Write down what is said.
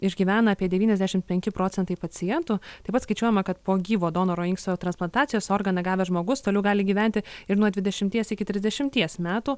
išgyvena apie devyniasdešim penki procentai pacientų taip pat skaičiuojama kad po gyvo donoro inksto transplantacijos organą gavęs žmogus toliau gali gyventi ir nuo dvidešimties iki trisdešimties metų